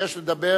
שביקש לדבר